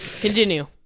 Continue